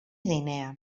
guinea